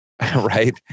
right